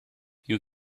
you